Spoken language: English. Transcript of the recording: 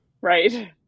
right